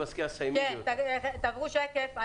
אנחנו עוברים שקף.